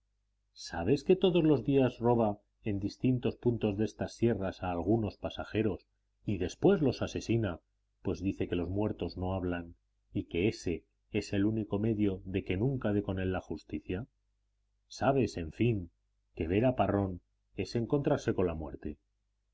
sabes que todos los días roba en distintos puntos de estas sierras a algunos pasajeros y después los asesina pues dice que los muertos no hablan y que ése es el único medio de que nunca dé con él la justicia sabes en fin que ver a parrón es encontrarse con la muerte